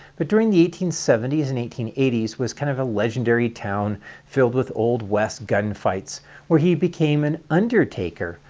but during the eighteen seventy s and eighteen eighty s was kind of a legendary town filled with old west gunfights where he became an undertaker,